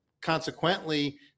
consequently